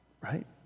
Right